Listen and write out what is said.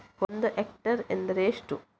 ಒಂದು ಹೆಕ್ಟೇರ್ ಎಂದರೆ ಎಷ್ಟು?